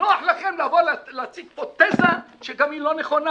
נוח לכם לבוא להציג פה תזה שהיא גם לא נכונה.